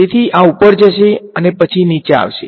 તેથી આ ઉપર જશે અને પછી નીચે આવશે